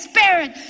Spirit